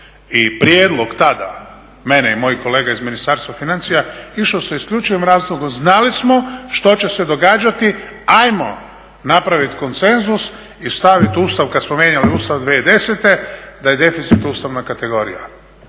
i prijedlog tada mene i mojih kolega iz Ministarstva financija išlo se isključivo razlogom, znali smo što će se događati ajmo napraviti konsenzus i stavit u Ustav kad smo mijenjali Ustav 2010. da je deficit ustavna kategorija.